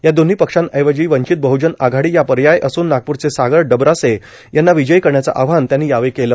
या दोन्ही पक्षांऐवजी वंचित बहुजन आघाडी हा पर्याय असून नागपूरचे सागर डबरासे यांना विजयी करण्याचं आवाहन त्यांनी यावेळी केलं